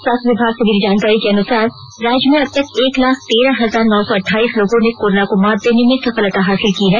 स्वास्थ्य से मिली जानकारी अनुसार राज्य में अब तक एक लाख तेरह हजार नौ सौ अठ्ठाइस लोगों ने कोरोना को मात देने में सफलता हासिल की है